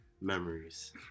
memories